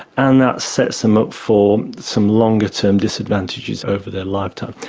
and that sets them up for some longer-term disadvantages over their lifetime.